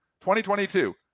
2022